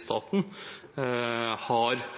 staten, har synspunkter på hvilken retning vi skal utvikle den i. Vi har